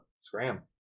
Scram